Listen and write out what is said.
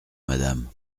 madame